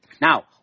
Now